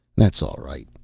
that's all right.